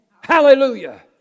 Hallelujah